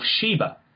Sheba